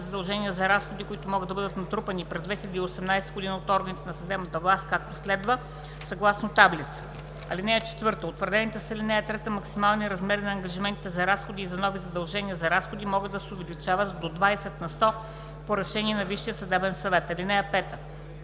задължения за разходи, които могат да бъдат натрупани през 2018 г. от органите на съдебната власт, както следва: (съгласно таблица). (4) Утвърдените с ал. 3 максимални размери на ангажиментите за разходи и на новите задължения за разходи могат да се увеличават с до 20 на сто по решение на Висшия съдебен съвет. (5)